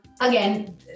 Again